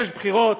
יש בחירות.